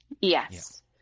Yes